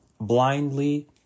blindly